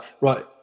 right